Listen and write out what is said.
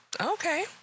Okay